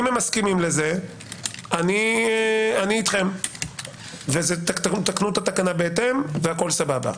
אם הם מסכימים לזה אני איתכם ותתקנו את התקנה בהתאם והכול סבבה.